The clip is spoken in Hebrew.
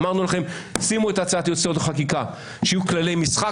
אמרנו לכם שימו את הצעת יסוד החקיקה שיהיו כללי משחק,